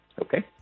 Okay